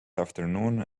afternoon